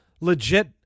legit